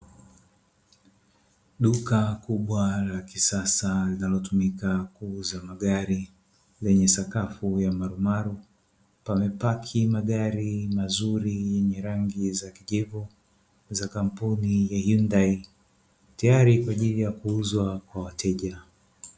Duka kubwa la kisasa linalotumika kuuza magari lenye sakafu ya marumaru. Pamepaki magari mazuri yenye rangi ya kijivu za kampuni ya Hyundai tayari kwa ajili ya kuuzwa kwa wateja.